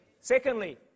Secondly